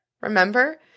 Remember